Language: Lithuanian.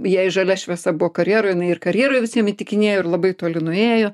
jai žalia šviesa buvo karjeroj jinai ir karjeroj visiem įtikinėjo ir labai toli nuėjo